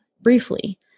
briefly